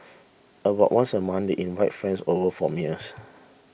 about once a month they invite friends over for meals